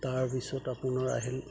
তাৰপিছত আপোনাৰ আহিল